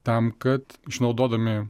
tam kad išnaudodami